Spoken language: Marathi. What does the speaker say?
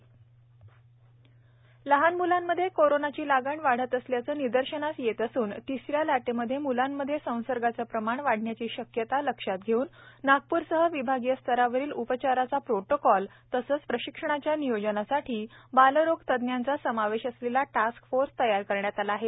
एम्स टास्क फोर्स लहान मुलांमध्ये कोरोनाची लागण वाढत असल्याचे निदर्शनास येत असून तिस या लाटेमध्ये म्लांमध्ये संसर्गाचे प्रमाण वाढण्याची शक्यता लक्षात घेऊन नागप्रसह विभागीय स्तरावरील उपचाराचा प्रोटोकॉल तसेच प्रशिक्षणाच्या नियोजनासाठी बालरोगतज्ज्ञांचा समावेश असलेला टास्क फोर्स तयार करण्यात आला आहे